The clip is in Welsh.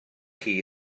chi